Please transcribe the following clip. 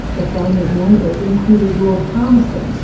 ah family's neighbours included lord palmerston,